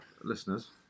listeners